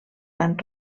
van